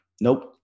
nope